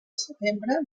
setembre